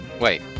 Wait